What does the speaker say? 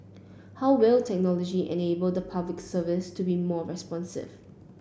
how will technology enable the Public Service to be more responsive